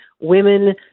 women